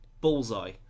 Bullseye